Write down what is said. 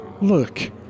Look